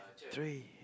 three